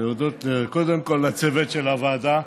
להודות קודם כול לצוות של הוועדה,